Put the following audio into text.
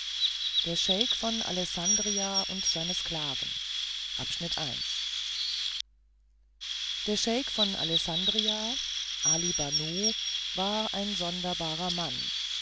der scheik von alessandria und seine sklaven der scheik von alessandria ali banu war ein sonderbarer mann